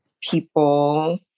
people